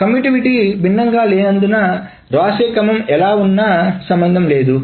commutativity భిన్నంగా లేనందున రాసే క్రమం ఎలా ఉన్న సంబంధం లేదు